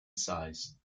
size